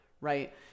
right